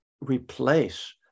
replace